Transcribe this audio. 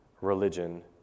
religion